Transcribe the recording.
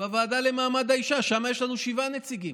בוועדה למעמד האישה, שם יש לנו שבעה נציגים.